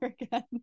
again